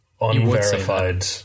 unverified